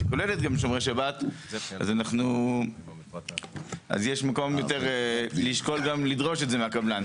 שכוללת גם שומרי שבת יש מקום גם לשקול לדרוש את זה מהקבלן